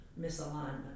misalignment